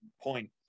point